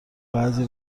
بعضی